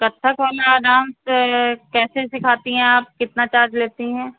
कथक वाला डांस कैसे सिखाती हैं आप कितना चार्ज लेती हैं